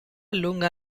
lunga